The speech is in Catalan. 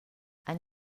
han